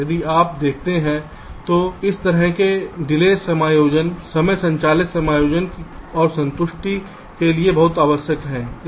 यदि आप देखते हैं तो इस तरह के विलंब समायोजन समय संचालित समायोजन और संतुष्टि के लिए बहुत आवश्यक हैं